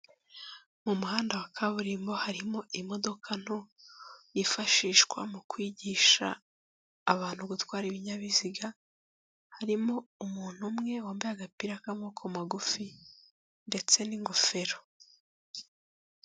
Mu muhanda wa kaburimbo harimo imodoka nto yifashishwa mu kwigisha abantu gutwara ibinyabiziga, harimo umuntu umwe wambaye agapira k'amakoboko magufi ndetse n'ingofero.